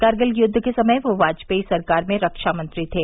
कारगिल युद्व के समय वे वाजपेयी सरकार मे रक्षा मंत्री थे